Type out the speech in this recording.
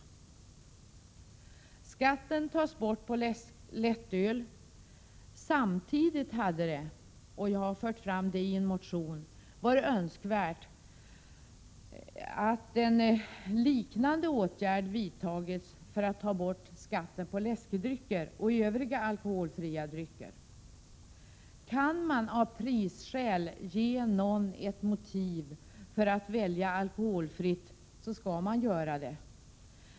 Samtidigt som skatten tas bort på lättöl hade det, som jag har fört fram i en motion, varit önskvärt att en liknande åtgärd vidtagits för att ta bort skatten på läskedrycker och övriga alkoholfria drycker. Kan man av prisskäl ge någon ett motiv för att välja alkoholfritt så skall man göra det.